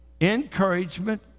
encouragement